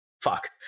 Fuck